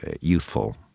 youthful